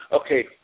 okay